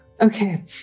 Okay